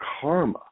karma